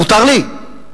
מותר לי?